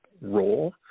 role